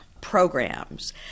programs